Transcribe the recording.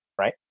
right